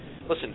Listen